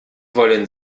wollen